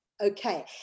okay